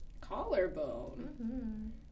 Collarbone